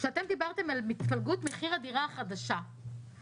במצגת שהצגנו בפניכם הראינו איך דירה ברחוב שטרן